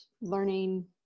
learning